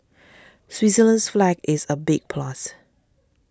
Switzerland's flag is a big plus